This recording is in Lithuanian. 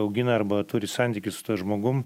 augina arba turi santykius su tuo žmogum